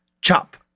chop